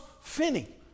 Finney